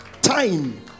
time